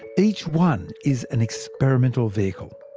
each one is an experimental vehicle,